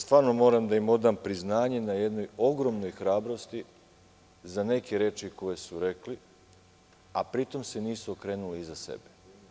Stvarno moram da im odam priznanje na jednoj ogromnoj hrabrosti za neke reči koje su rekli, a pri tom se nisu okrenuli iza sebe.